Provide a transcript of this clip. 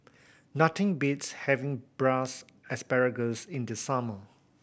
nothing beats having Braised Asparagus in the summer